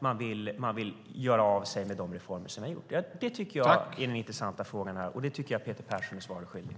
Man vill göra sig av med de reformer som vi har gjort. Det är den intressanta frågan. Jag tycker att Peter Persson är oss svaret skyldig.